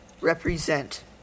represent